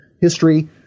history